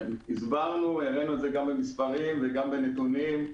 הסברנו, הראינו את זה גם במספרים וגם בנתונים,